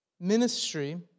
Ministry